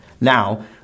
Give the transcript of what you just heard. Now